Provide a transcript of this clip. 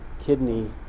kidney